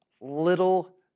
little